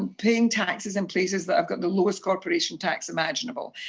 um paying taxes in places that have got the lowest corporation tax imaginable,